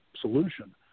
solution